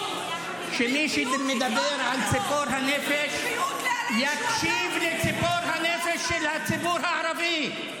אני מקווה שמי שמדבר על ציפור הנפש יקשיב לציפור הנפש של הציבור הערבי,